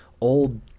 old